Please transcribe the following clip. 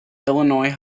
illinois